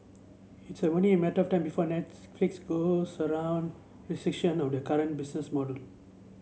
it's only a matter time before Netflix around restriction of the current business model